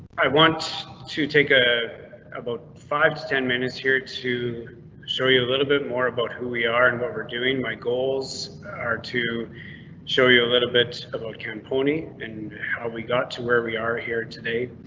i want to take a about five to ten minutes here to show you a little bit more about who we are and what we're doing. my goals are to show you a little bit about camponi and how we got to where we are here today,